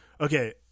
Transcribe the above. okay